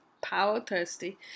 power-thirsty